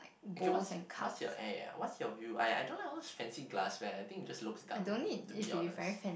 okay what's what's your air what's your view I I don't like all those fancy glassware I think it just looks dumb to be honest